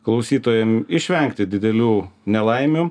klausytojam išvengti didelių nelaimių